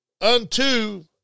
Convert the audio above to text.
unto